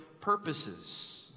purposes